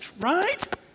right